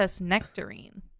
Nectarine